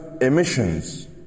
emissions